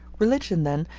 religion, then,